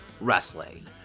wrestling